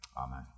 Amen